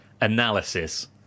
analysis